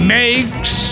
makes